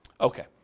Okay